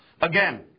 Again